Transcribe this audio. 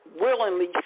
willingly